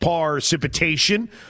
precipitation